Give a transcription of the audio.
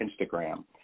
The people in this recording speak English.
Instagram